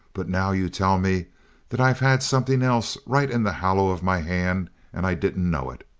but now you tell me that i've had something else right in the hollow of my hand and i didn't know it!